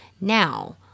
now